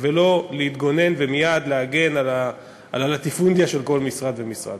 ולא להתגונן ומייד להגן על הלטיפונדיה של כל משרד ומשרד.